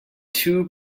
too